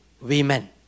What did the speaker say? women